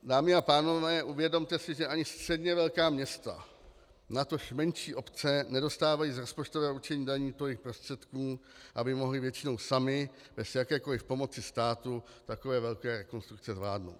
Dámy a pánové, uvědomte si, že ani středně velká města, natož menší obce nedostávají z rozpočtového určení daní tolik prostředků, aby mohly většinou samy bez jakékoliv pomoci státu takové velké rekonstrukce zvládnout.